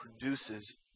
produces